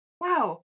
wow